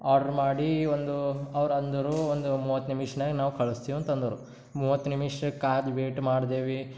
order ಮಾಡಿ ಒಂದು ಅವ್ರು ಅಂದರು ಒಂದು ಮೂವತ್ತು ನಿಮಿಷ್ನಾಗ ನಾವು ಕಳಿಸ್ತೇವೆ ಅಂತ ಅಂದರು ಮೂವತ್ತು ನಿಮಿಷ ಕಾದು ವೆಯ್ಟ್ ಮಾಡ್ದೇವೆ